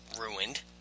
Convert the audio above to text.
ruined